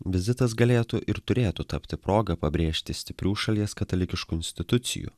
vizitas galėtų ir turėtų tapti proga pabrėžti stiprių šalies katalikiškų institucijų